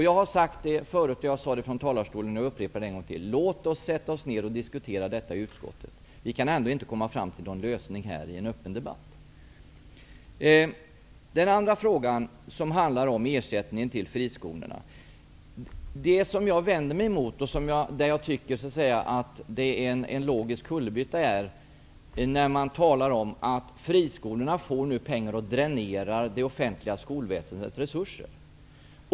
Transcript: Jag har tidigare flera gånger sagt det, och jag upprepar det igen: Låt oss sätta oss ned och diskutera frågan i utskottet. Vi kan ändå inte komma fram till någon lösning här i en öppen debatt. Den andra frågan handlade om ersättningen till friskolorna. Det som jag vänder mig emot och som jag tycker är en logisk kullerbytta är att man nu säger att när friskolorna får pengar dräneras därmed det offentliga skolväsendets resurser.